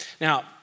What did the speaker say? Now